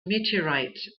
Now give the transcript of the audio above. meteorite